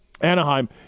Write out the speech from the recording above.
Anaheim